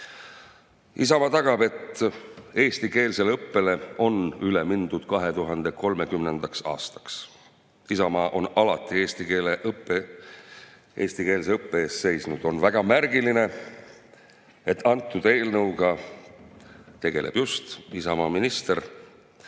Isamaa tagab, et eestikeelsele õppele on üle mindud 2030. aastaks. Isamaa on alati eesti keele õppe, eestikeelse õppe eest seisnud. On väga märgiline, et antud eelnõuga tegeleb just Isamaa minister,